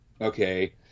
okay